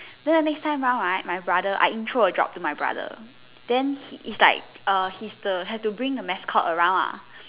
then the next time round right my brother I intro a job to my brother then it's like uh he's the have to bring the mascot around ah